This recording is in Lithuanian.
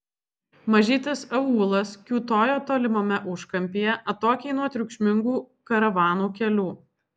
mažytis aūlas kiūtojo tolimame užkampyje atokiai nuo triukšmingų karavanų kelių